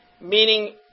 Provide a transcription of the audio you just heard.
Meaning